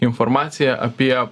informacija apie